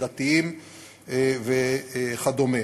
דתיים וכדומה.